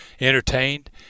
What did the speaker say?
entertained